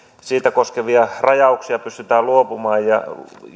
koskevista rajauksista pystytään luopumaan ja